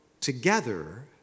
together